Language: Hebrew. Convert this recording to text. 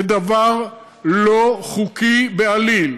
זה דבר לא חוקי בעליל.